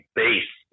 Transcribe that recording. base